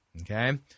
Okay